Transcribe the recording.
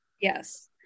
yes